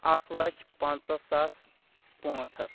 اکھ لچھ پنژاہ ساس پانٛژھ ہتھ